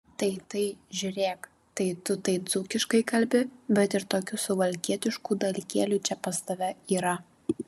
tai tai žiūrėk tai tu tai dzūkiškai kalbi bet ir tokių suvalkietiškų dalykėlių čia pas tave yra